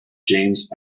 james